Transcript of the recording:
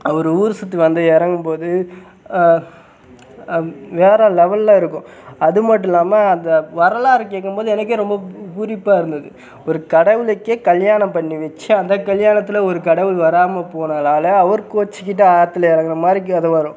அவர் ஊர் சுற்றி வந்து இறங்கும் போது வேறு லெவெலில் இருக்கும் அது மட்டும் இல்லாமல் அந்த வரலாறை கேட்கும்போது எனக்கே ரொம்ப பூ பூரிப்பாக இருந்தது ஒரு கடவுளுக்கே கல்யாணம் பண்ணி வச்சு அந்த கல்யாணத்தில் ஒரு கடவுள் வரமால் போனதால் அவர் கோவிச்சிக்கிட்டு ஆற்றுல இறங்குற மாதிரி கதை வரும்